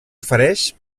ofereix